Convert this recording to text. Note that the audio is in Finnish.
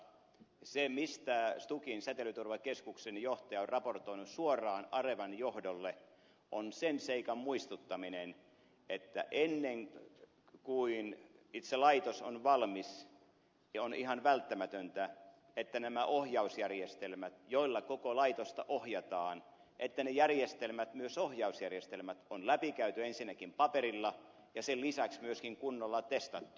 se mistä stukin säteilyturvakeskuksen johtaja on raportoinut suoraan arevan johdolle on sen seikan muistuttaminen että ennen kuin itse laitos on valmis on ihan välttämätöntä että nämä ohjausjärjestelmät joilla koko laitosta ohjataan on läpikäyty ensinnäkin paperilla ja sen lisäksi myöskin kunnolla testattu